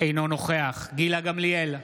אינו נוכח גילה גמליאל,